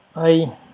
hi